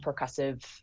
percussive